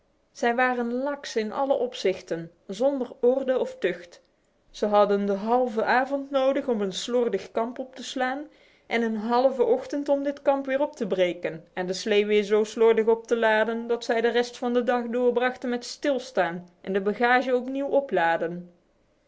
zij waren laks in alle opzichten zonder orde of tucht ze hadden de halve avond nodig om een slordig kamp op te slaan en een halve ochtend om dit kamp weer op te breken en de slee weer zo slordig op te laden dat zij de rest van de dag doorbrachten met stilstaan en de bagage opnieuw laden